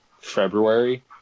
February